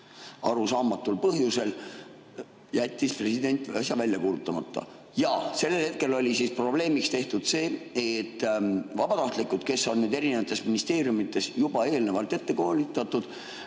arusaamatul põhjusel jättis president asja välja kuulutamata. Jaa, sellel hetkel oli probleemiks tehtud see, et vabatahtlikud, kes on eri ministeeriumides juba eelnevalt ette koolitatud,